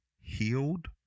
healed